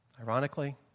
Ironically